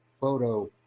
Photo